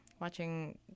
watching